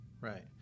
Right